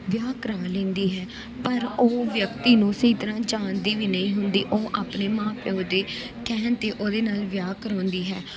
ਵਿਆਹ ਕਰਾ ਲੈਂਦੀ ਹੈ ਪਰ ਉਹ ਵਿਅਕਤੀ ਨੂੰ ਸਹੀ ਤਰ੍ਹਾਂ ਜਾਣਦੀ ਵੀ ਨਹੀਂ ਹੁੰਦੀ ਉਹ ਆਪਣੇ ਮਾਂ ਪਿਓ ਦੇ ਕਹਿਣ 'ਤੇ ਉਹਦੇ ਨਾਲ਼ ਵਿਆਹ ਕਰਵਾਉਂਦੀ ਹੈ